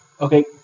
Okay